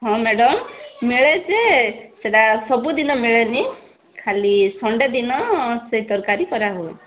ହଁ ମ୍ୟାଡ଼ାମ୍ ମେଳେ ଯେ ସେଇଟା ସବୁଦିନ ମେଳେନି ଖାଲି ସଣ୍ଡେ ଦିନ ସେ ତରକାରୀ କରାହୁଏ